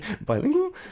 bilingual